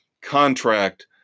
contract